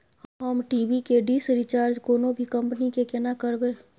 हम टी.वी के dish recharge कोनो भी कंपनी के केना करबे?